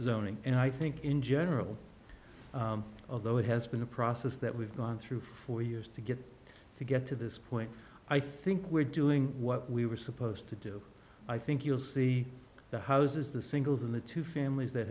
zoning and i think in general although it has been a process that we've gone through four years to get to get to this point i think we're doing what we were supposed to do i think you'll see the house is the singles and the two families that